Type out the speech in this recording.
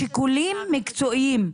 שיקולים מקצועיים,